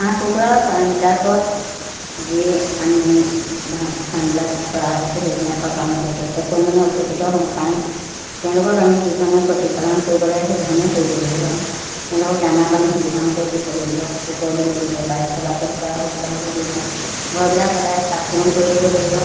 হাঁহ কুকুৰাৰ পাৰবিলাকত যি আমি ফাৰ্মবিলাক কৰা হৈছে সেইবিলাকত আমাৰ যথেষ্ট পৰিমাণে উপকৃত হওঁ কাৰণ তেওঁলোকক আমি যিধৰণে প্ৰতিপালন কৰিব লাগে সেইধৰণেই কৰিব লাগিব কাৰণ তেওঁলোকক দানা পানী সুবিধামতে দিব লাগিব পোহৰ দিব লাগিব বায়ু চলাচল কৰা সুবিধা হ'ব লাগিব ঘৰবিলাক সদায় চাফ চিকুণ কৰি দিব লাগিব